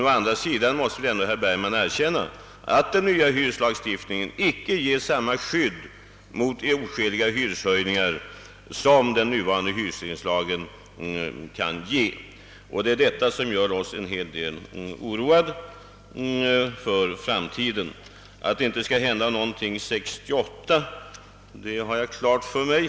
Å andra sidan måste herr Bergman medge att den nya hyreslagstiftningen icke ger samma skydd mot oskäliga hyreshöjningar som den nuvarande hyresregleringslagen kan ge. Det är detta som gör oss ganska oroade för framtiden. Att det inte skall hända någonting år 1968 har jag klart för mig.